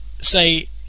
say